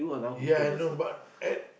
ya I know but at